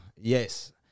yes